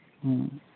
ᱦᱩᱸ